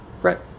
brett